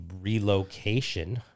relocation